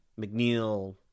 McNeil